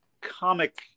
comic